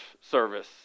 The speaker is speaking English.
service